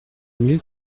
mille